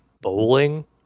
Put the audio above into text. bowling